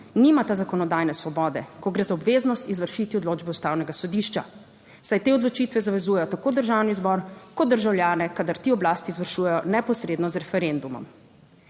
nimata zakonodajne svobode, ko gre za obveznost izvršiti odločbe Ustavnega sodišča, saj te odločitve zavezujejo tako državni zbor kot državljane, kadar ti oblast izvršujejo neposredno z referendumom.